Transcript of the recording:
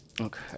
Okay